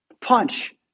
punch